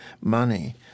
money